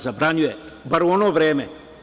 Zabranjuje, bar u ono vreme.